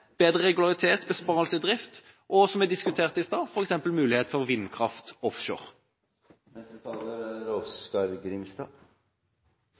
bedre regularitet, besparelser i drift, og – som vi diskuterte i stad – mulighet f.eks. for vindkraft offshore.